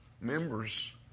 members